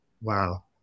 Wow